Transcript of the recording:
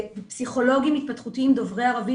יש מחסור בפסיכולוגים התפתחותיים דוברי ערבית,